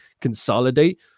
consolidate